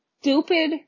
stupid